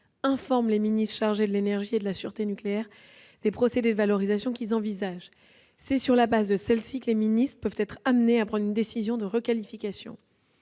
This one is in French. informent les ministres chargés de l'énergie et de la sûreté nucléaire des procédés de valorisation qu'ils envisagent. C'est sur la base de ces informations que les ministres peuvent être amenés à prendre une décision de requalification.